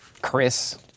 Chris